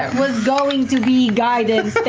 was going to be guidance,